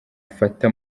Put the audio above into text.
afata